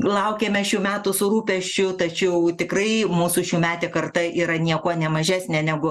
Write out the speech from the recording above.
laukėme šių metų su rūpesčiu tačiau tikrai mūsų šiųmetė karta yra niekuo nemažesnė negu